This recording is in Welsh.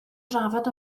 drafod